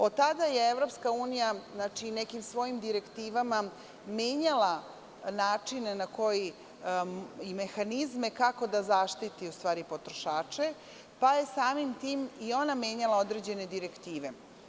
Od tada je EU nekim svojim direktivama menjala načine i mehanizme kako da zaštiti u stvari potrošače, pa je samim tim i ona menjala određene direktive.